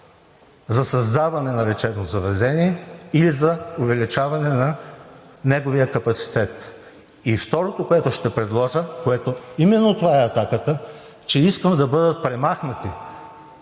за създаване на лечебно заведение или за увеличаване на неговия капацитет. Второто, което ще предложа, именно затова е атаката, че искам да бъдат премахнати